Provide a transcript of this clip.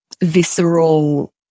visceral